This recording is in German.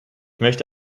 möchte